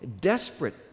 desperate